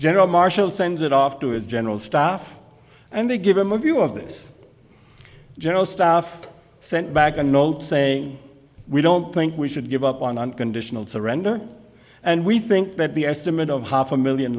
general marshall sends it off to his general staff and they give him a view of this general's staff sent back a note saying we don't think we should give up on unconditional surrender and we think that the estimate of half a million